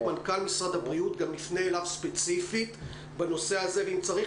אנחנו נפנה למנכ"ל משרד הבריאות ספציפית בנושא הזה ואם יהיה צורך,